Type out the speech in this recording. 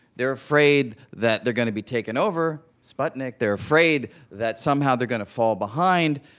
they're afraid that they're going to be taken over sputnik. they're afraid that somehow they're going to fall behind.